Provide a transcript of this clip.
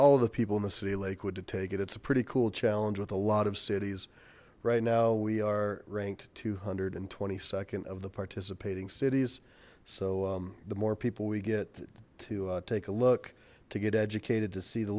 all of the people in the city lakewood to take it it's a pretty cool challenge with a lot of cities right now we are ranked two hundred and twenty second of the participating cities so the more people we get to take a look to get educated to see the